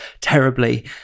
terribly